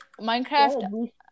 Minecraft